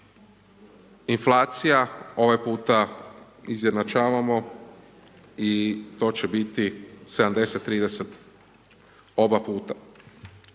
inflacije ovaj puta izjednačavamo i to će biti 70 30 oba puta.